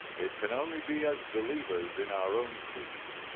it can only be as believers in our own creed.